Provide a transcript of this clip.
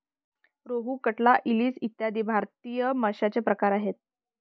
रोहू, कटला, इलीस इ भारतीय माशांचे प्रकार आहेत